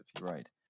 Right